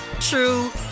true